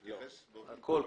הכל.